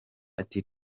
ati